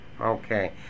Okay